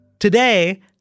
Today